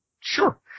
Sure